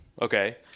Okay